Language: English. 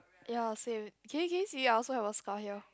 ya same can you can you see it I also have a scar here